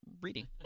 reading